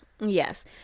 Yes